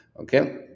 okay